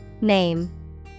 Name